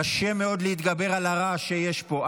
וקשה מאוד להתגבר על הרעש שיש פה.